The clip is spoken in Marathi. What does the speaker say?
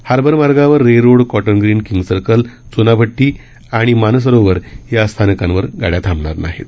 हार्बर मार्गावरील Reay Road Cotton Green King's Circle Chunabhatti आणि मानसरोवर या स्थानकांवर थांबणार नाहीत